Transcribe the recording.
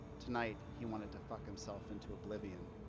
tonight he wanted to fuck himself into oblivion.